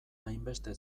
hainbeste